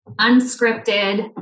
unscripted